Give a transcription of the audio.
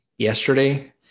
Yesterday